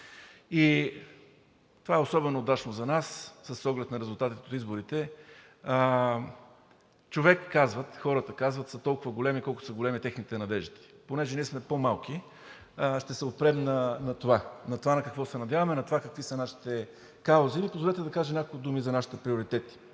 Това е особено удачно за нас с оглед на резултатите от изборите. Казват: хората са толкова големи, колкото са големи техните надежди, а понеже ние сме по-малки, ще се опрем на това на какво се надяваме, на това какви са нашите каузи. Позволете ми да кажа няколко думи за нашите приоритети.